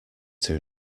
too